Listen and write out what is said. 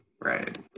right